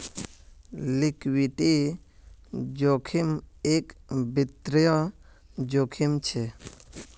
liquidity जोखिम एक वित्तिय जोखिम छे